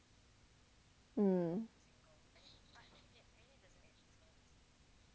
hmm